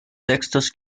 textos